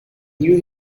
you